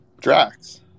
Drax